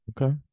okay